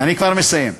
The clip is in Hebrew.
אני כבר מסיים.